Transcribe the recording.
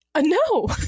no